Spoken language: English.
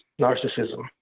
narcissism